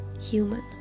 Human